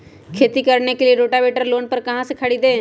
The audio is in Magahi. खेती करने के लिए रोटावेटर लोन पर कहाँ से खरीदे?